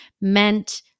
meant